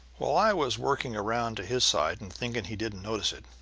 while i was working around to his side and thinking he didn't notice it,